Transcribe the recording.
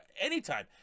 anytime